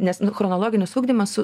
nes chronologinis ugdymas su